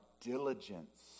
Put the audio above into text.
diligence